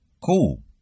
Cool